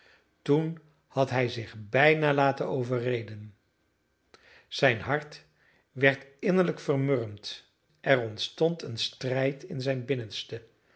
toen had hij zich bijna laten overreden zijn hart werd innerlijk vermurwd er ontstond een strijd in zijn binnenste maar